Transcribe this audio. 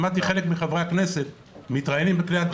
שמעתי חלק מחברי הכנסת מתראיינים בכלי התקשורת.